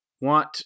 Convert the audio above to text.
want